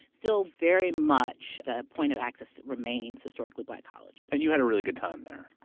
still very much the point of access remains historically black colleges. and you had a really good time there.